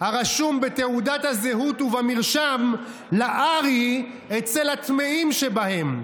הרשום בתעודת הזהות ובמרשם ל'ארי' אצל הטמאים שבהם?"